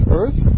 earth